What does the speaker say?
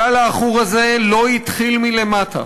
הגל העכור הזה לא התחיל מלמטה.